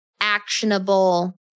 actionable